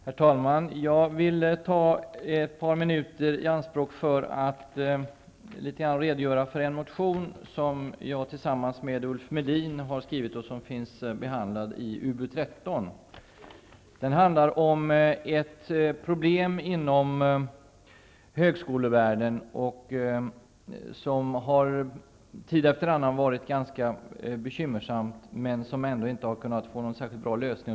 Herr talman! Jag vill ta ett par minuter i anspråk för att redogöra litet för en motion som jag har skrivit tillsammmans med Ulf Melin och som finns behandlad i UbU13. Den handlar om ett problem inom högskolevärlden, som tid efter annan har varit ganska bekymmersamt men som ändå inte har kunnat få någon särskilt bra lösning.